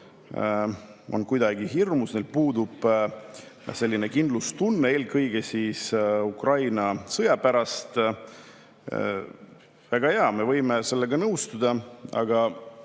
on kuidagi hirmul, neil puudub kindlustunne eelkõige Ukraina sõja pärast. Hästi, me võime sellega nõustuda. Aga